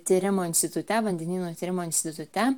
tyrimų institute vandenynų tyrimų institute